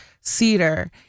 cedar